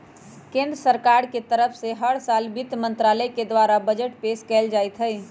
केन्द्र सरकार के तरफ से हर साल वित्त मन्त्रालय के द्वारा बजट पेश कइल जाईत हई